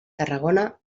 tarragona